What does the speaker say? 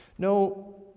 No